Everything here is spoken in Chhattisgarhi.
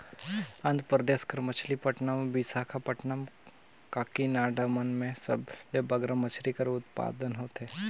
आंध्र परदेस कर मछलीपट्टनम, बिसाखापट्टनम, काकीनाडा मन में सबले बगरा मछरी कर उत्पादन होथे